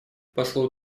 послу